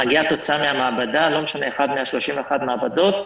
מגיעה תוצאה מהמעבדה, מאחת מ-31 המעבדות.